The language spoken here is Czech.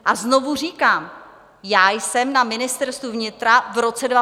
A znovu říkám, já jsem na Ministerstvu vnitra v roce 2015 byla.